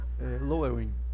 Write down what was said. lowering